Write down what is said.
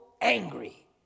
angry